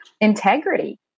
integrity